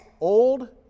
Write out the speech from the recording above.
old